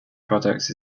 products